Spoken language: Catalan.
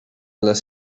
les